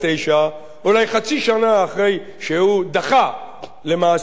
אולי חצי שנה אחרי שהוא דחה למעשה את